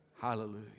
Hallelujah